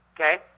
okay